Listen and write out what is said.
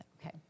Okay